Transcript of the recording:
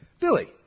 Billy